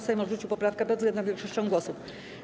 Sejm odrzucił poprawkę bezwzględną większością głosów.